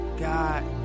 God